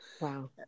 Wow